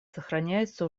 сохраняется